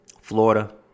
Florida